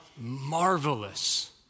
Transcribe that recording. marvelous